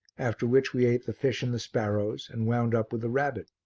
after which we ate the fish and the sparrows, and wound up with the rabbit.